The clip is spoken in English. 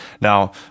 Now